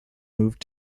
moved